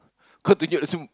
can't keep assume